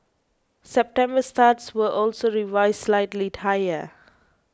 September starts were also revised slightly higher